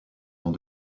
dans